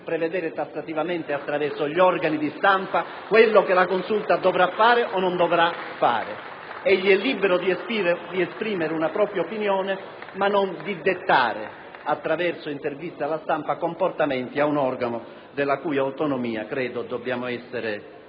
prevedere tassativamente attraverso gli organi di stampa quello che la Consulta dovrà fare o meno. *(Applausi dal Gruppo PdL).* Egli è libero di esprimere una propria opinione, ma non di dettare attraverso interviste alla stampa comportamenti ad un organo della cui autonomia credo dobbiamo essere